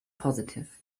positive